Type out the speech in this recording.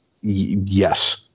yes